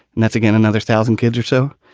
and that's, again, another thousand kids or so.